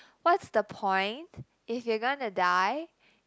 what's the point if you're gonna die